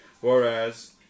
whereas